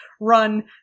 run